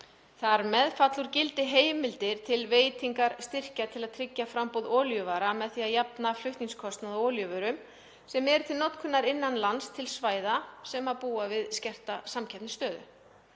Þar með falla úr gildi heimildir til veitingar styrkja til að tryggja framboð olíuvara með því að jafna flutningskostnað á olíuvörum sem eru til notkunar innan lands til svæða sem búa við skerta samkeppnisstöðu.